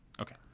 Okay